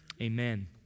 Amen